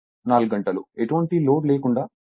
9 మరియు 4 గంటలు ఎటువంటి లోడ్ లేకుండా